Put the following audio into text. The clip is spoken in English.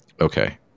okay